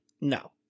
no